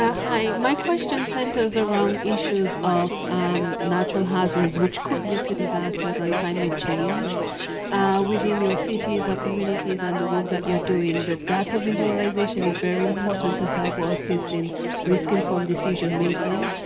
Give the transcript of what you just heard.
ah hi. my question centers around issues of natural hazards which could lead to disasters and climate change within your cities or communities and the work that you're doing. the data visualization is very important to help assist in risk informed decision making.